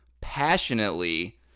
passionately